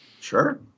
Sure